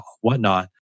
whatnot